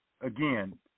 Again